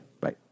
Bye